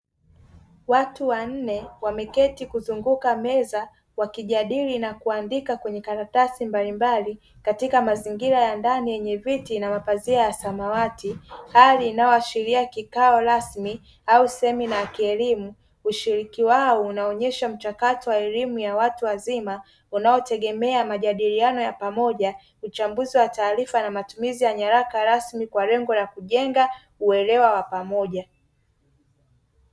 Watu wanne wameketi kuzunguka meza wakijadili na kuandika kwenye karatasi mbalimbali wakiashiria mazingira kikao rasmi au semina yab kielimu ushiriki wao unaonyesha mchakato wa elimu ya watu wazima unaozingatia pamoja na uchambuzi wa taarifa na nyaraka rasmi kwa ajili ya uelewa wa pamoja